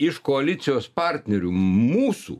iš koalicijos partnerių mūsų